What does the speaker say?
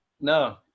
no